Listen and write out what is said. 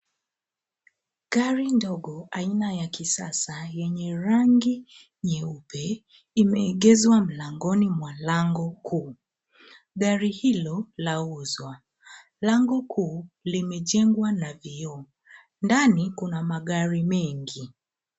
Gari ndogo aina ya kisasa yenye rangi nyeupe imeegeshwa mlangoni mwa lango kuu. Gari hilo lauzwa. Lango kuu limejengwa na vioo. Ndani kuna magari mengi.